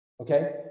Okay